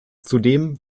zudem